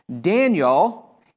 Daniel